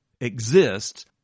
exist